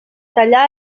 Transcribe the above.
tallar